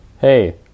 hey